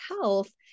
health